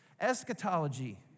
eschatology